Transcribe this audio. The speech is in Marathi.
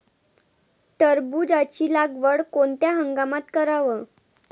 टरबूजाची लागवड कोनत्या हंगामात कराव?